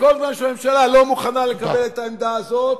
וכל זמן שהממשלה לא מוכנה לקבל את העמדה הזאת,